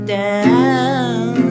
down